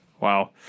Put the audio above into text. Wow